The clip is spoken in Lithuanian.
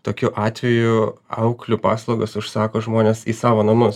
tokiu atveju auklių paslaugas užsako žmonės į savo namus